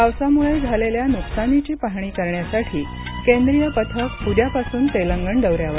पावसामुळे झालेल्या नुकसानीची पाहणी करण्यासाठी केंद्रीय पथक उद्यापासून तेलंगण दौऱ्यावर